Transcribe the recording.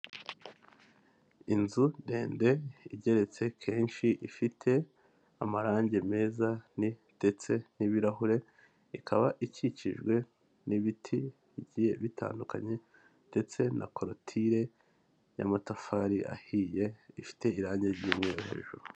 Inzu ndende igeretse kenshi ifite amarangi meza ndetse n'ibirahure ikaba ikikijwe n'ibiti bigiye bitandukanye ndetse na korotire y'amatafari ahiye ifite irangi ry'umweru hejuru.